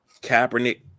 Kaepernick